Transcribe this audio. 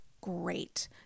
great